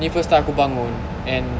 ni first time aku bangun and